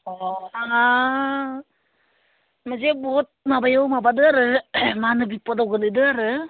अ आं मोनसे बहुद माबायाव माबादों आरो मा होनो बिप'दाव गोलैदों आरो